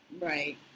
Right